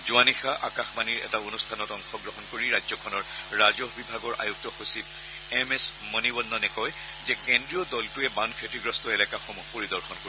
যোৱানিশা আকাশবাণীৰ এটা অনুষ্ঠানত অংশগ্ৰহণ কৰি ৰাজ্যখনৰ ৰাজহ বিভাগৰ আয়ুক্ত সচিব এম এছ মণিৱন্ননে কয় যে কেন্দ্ৰীয় দলটোৱে বান ক্ষতিগ্ৰস্ত এলেকাসমূহ পৰিদৰ্শন কৰিব